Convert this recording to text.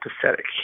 pathetic